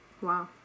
wow